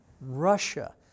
Russia